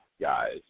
guys